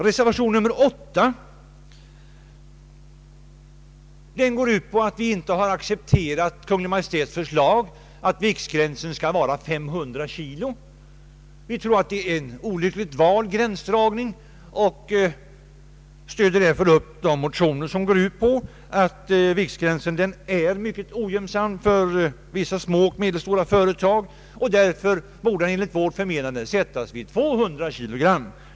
Reservationen 8 går ut på att vi inte har accepterat Kungl. Maj:ts förslag att viktgränsen skall vara 500 kilo. Vi tror att det är en olyckligt vald gräns och stöder därför de motioner som går ut på att viktgränsen är mycket ogynnsam för vissa små och medelstora företag och borde sättas vid 200 kilo.